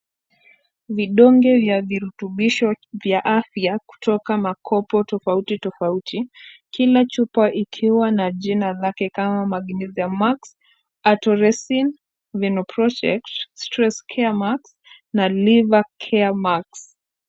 Vidonge vya virutubisho vya afya kutoka makopo tofauti tofauti, kila chupa ikiwa na jina lake kama, magnesium max, atoresin, menopause, stress care max na liver caremax .